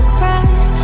bright